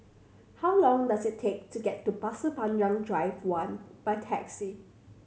how long does it take to get to Pasir Panjang Drive One by taxi